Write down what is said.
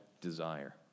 desire